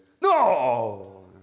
No